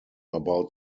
about